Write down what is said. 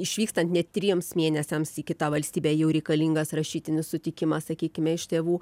išvykstant net trims mėnesiams į kitą valstybę jau reikalingas rašytinis sutikimas sakykime iš tėvų